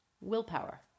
willpower